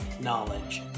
knowledge